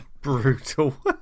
Brutal